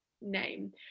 name